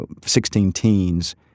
16-teens